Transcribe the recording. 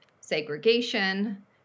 segregation